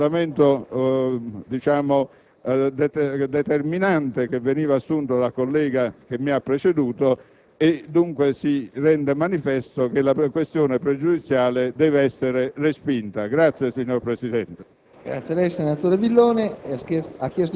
Pertanto, a mio avviso, viene meno il fondamento determinante che veniva assunto dal collega che mi ha preceduto e dunque si rende manifesto che la questione pregiudiziale deve essere respinta.